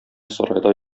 сарайда